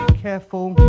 careful